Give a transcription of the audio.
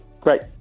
great